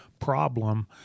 problem